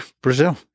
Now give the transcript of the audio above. Brazil